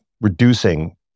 reducing